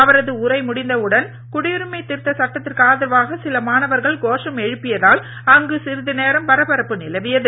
அவரது உரை முடிந்த உடன் குடியுரிமை திருத்த சட்டத்திற்கு ஆதரவாக சில மாணவர்கள் கோஷம் எழுப்பியதால் அங்கு சிறிது நேரம் பரபரப்பு நிலவியது